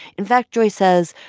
in fact, joy says,